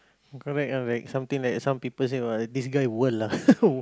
correct correct something like some people say what this guy world lah